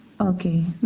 Okay